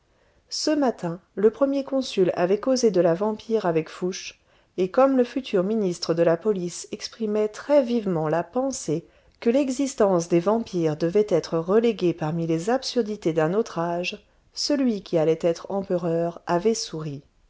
ce matin le premier consul avait causé de la vampire avec fouché et comme le futur ministre de la police exprimait très vivement la pensée que l'existence des vampires devait être reléguée parmi les absurdités d'un autre âge celui qui allait être empereur avait souri